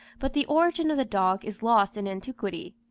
but the origin of the dog is lost in antiquity.